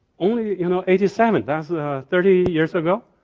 only you know, eighty seven, that's thirty years ago.